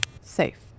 Safe